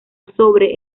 sobre